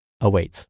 awaits